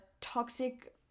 toxic